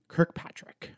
Kirkpatrick